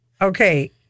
okay